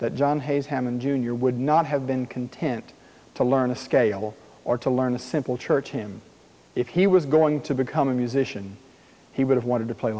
that john has hammond jr would not have been content to learn a scale or to learn a simple church him if he was going to become a musician he would have wanted to play